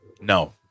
No